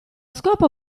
scopo